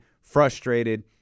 frustrated